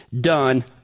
done